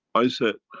i said.